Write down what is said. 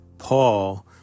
Paul